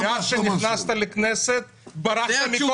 מאז שנכנסת לכנסת ברחת מכל הצבעה.